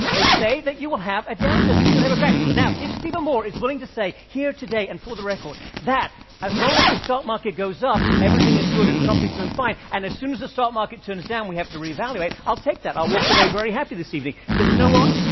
they say that you will have a downturn. they say you will have a crash. now, if stephen moore is willing to say here today and for the record that as long as the stock market goes up everything is good, and trump is doing fine, and as soon as the stock market turns down we have to reevaluate, i'll take that. i'll walk away very happy this evening. because you know what?